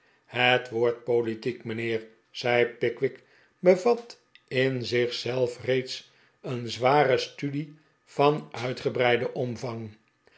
het woord politiek mijnheer zei pickwick bevat in zich zelf reeds een zware studie van uitgebreiden omvang